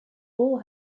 all